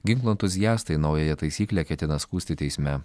ginklų entuziastai naująją taisyklę ketina skųsti teisme